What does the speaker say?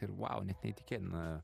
ir vau net neįtikėtina